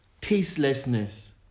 tastelessness